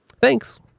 Thanks